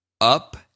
Up